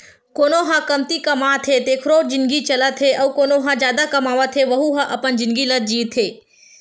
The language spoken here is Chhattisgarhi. कोनो ह कमती कमाथे तेखरो जिनगी चलथे अउ कोना ह जादा कमावत हे वहूँ ह अपन जिनगी ल जीथे